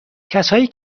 کسایی